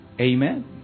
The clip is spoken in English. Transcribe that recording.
Amen